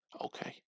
Okay